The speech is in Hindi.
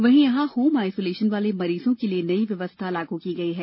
वहीं होम आइसोलेशन वाले मरीजों के लिए नई व्यवस्था लागू की गई है